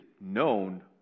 known